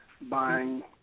buying